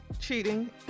cheating